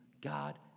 God